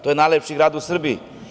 To je najlepši grad u Srbiji.